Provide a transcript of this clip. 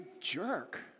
jerk